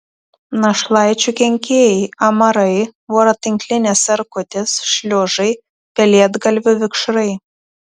našlaičių kenkėjai amarai voratinklinės erkutės šliužai pelėdgalvių vikšrai